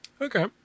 Okay